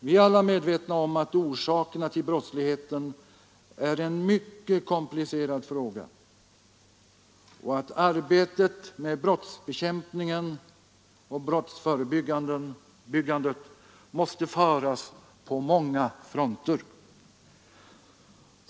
Vi är alla medvetna om att orsakerna till brottsligheten är komplicerade och att arbetet med brottsförebyggandet och brottsbekämpandet måste föras på många fronter.